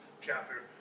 chapter